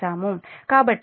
కాబట్టి ఇది సమీకరణం 29